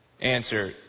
answer